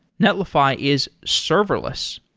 netlify is serverless.